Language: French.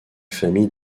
famille